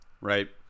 right